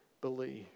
believe